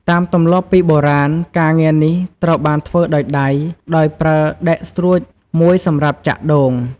តាមទម្លាប់ពីបុរាណ ការងារនេះត្រូវបានធ្វើដោយដៃ ដោយប្រើដែកស្រួចមួយសម្រាប់ចាក់ដូង។